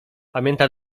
pamięta